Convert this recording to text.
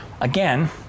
again